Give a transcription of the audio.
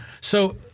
So-